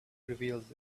reveals